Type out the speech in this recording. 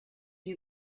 you